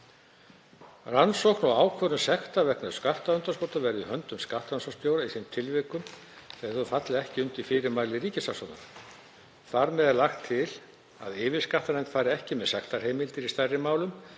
Rannsókn og ákvörðun sekta vegna skattundanskota verði í höndum skattrannsóknarstjóra í þeim tilvikum þegar þau falla ekki undir fyrirmæli ríkissaksóknara. Þar með er lagt til að yfirskattanefnd fari ekki með sektarheimildir í stærri málum